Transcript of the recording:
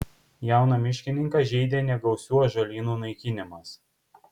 jauną miškininką žeidė negausių ąžuolynų naikinimas